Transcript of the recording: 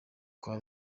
kwa